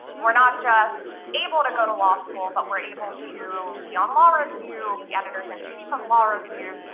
we're not just able to go to law school, but we're able to be on law review, be editors-in-chief of law reviews,